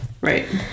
Right